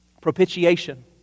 propitiation